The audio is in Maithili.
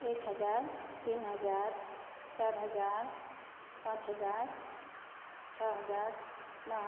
एक हजार तीन हजार चारि हजार पाँच हजार छओ हजार नओ हजार